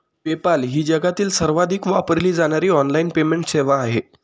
PayPal ही जगातील सर्वाधिक वापरली जाणारी ऑनलाइन पेमेंट सेवा आहे